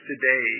today